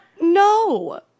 no